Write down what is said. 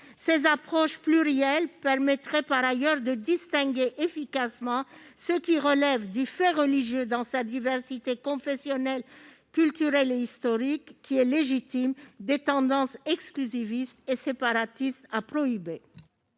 Ces approches plurielles permettraient de distinguer efficacement ce qui relève du fait religieux dans sa diversité confessionnelle, culturelle et historique, qui est légitime, des tendances « exclusivistes » et séparatistes à prohiber.